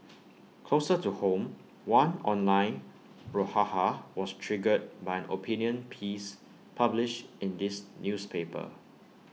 closer to home one online brouhaha was triggered by an opinion piece published in this newspaper